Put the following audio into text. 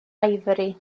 ifori